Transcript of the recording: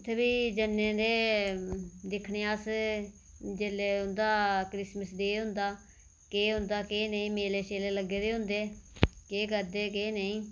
ते भी जन्ने ते दिक्खने अस जेल्लै उंदा क्रिसमस डे होंदा केह् होंदा केह् नेईं मेले लग्गे दे होंदे केह् करदे केह् नेईं